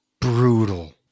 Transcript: brutal